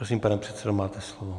Prosím, pane předsedo, máte slovo.